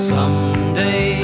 Someday